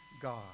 God